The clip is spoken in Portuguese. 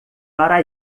para